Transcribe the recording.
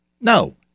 No